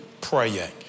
praying